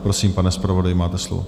Prosím, pane zpravodaji, máte slovo.